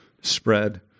spread